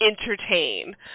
entertain